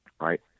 Right